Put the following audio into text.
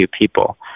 people